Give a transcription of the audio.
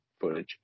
footage